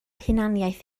hunaniaeth